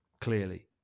Clearly